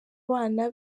bana